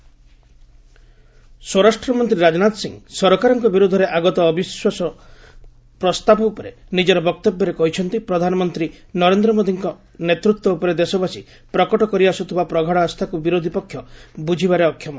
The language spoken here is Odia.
ଏଲ୍ଏସ୍ ନୋ କନ୍ଫିଡେନ୍ ସ୍ୱରାଷ୍ଟ୍ରମନ୍ତ୍ରୀ ରାଜନାଥ ସିଂ ସରକାରଙ୍କ ବିରୋଧରେ ଆଗତ ଅବିଶ୍ୱାସ ପ୍ରସ୍ତାବ ଉପରେ ନିଜର ବକ୍ତବ୍ୟରେ କହିଛନ୍ତି ପ୍ରଧାନମନ୍ତ୍ରୀ ନରେନ୍ଦ୍ର ମୋଦିଙ୍କ ନେତୃତ୍ୱ ଉପରେ ଦେଶବାସୀ ପ୍ରକଟ କରିଆସୁଥିବା ପ୍ରଗାଢ଼ ଆସ୍ଥାକୁ ବିରୋଧି ପକ୍ଷ ବୁଝିବାରେ ଅକ୍ଷମ